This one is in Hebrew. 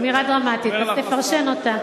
אמירה דרמטית, אז תפרשן אותה.